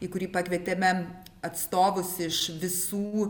į kurį pakvietėme atstovus iš visų